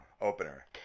opener